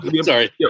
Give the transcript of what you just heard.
Sorry